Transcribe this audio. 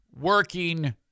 working